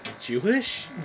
Jewish